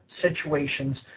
situations